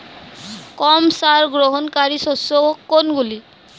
কম সার গ্রহণকারী শস্য কোনগুলি?